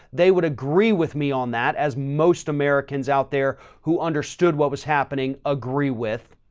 they would agree with me on that, as most americans out there who understood what was happening, agree with.